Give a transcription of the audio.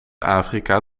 afrika